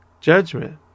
judgment